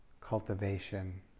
cultivation